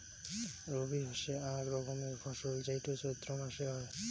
রবি হসে আক রকমের ফসল যেইটো চৈত্র মাসে হই